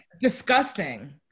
disgusting